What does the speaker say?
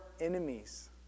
enemies